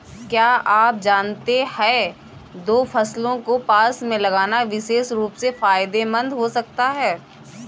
क्या आप जानते है दो फसलों को पास में लगाना विशेष रूप से फायदेमंद हो सकता है?